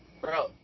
Bro